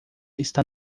está